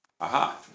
Aha